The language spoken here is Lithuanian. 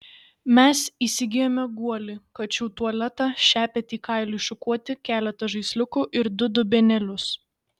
mes įsigijome guolį kačių tualetą šepetį kailiui šukuoti keletą žaisliukų ir du dubenėlius